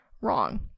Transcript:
wrong